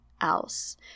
else